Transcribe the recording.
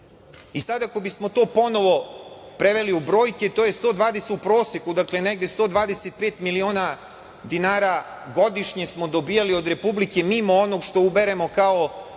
Sada ako bismo to ponovo preveli u brojke, to je u proseku negde 125 miliona dinara godišnje smo dobijali od Republike mimo onoga što uberemo kao